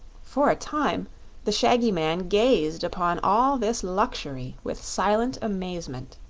for a time the shaggy man gazed upon all this luxury with silent amazement.